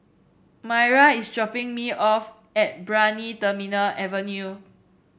Maira is dropping me off at Brani Terminal Avenue